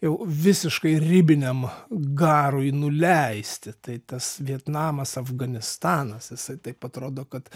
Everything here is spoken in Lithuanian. jau visiškai ribiniam garui nuleisti tai tas vietnamas afganistanas jisai taip atrodo kad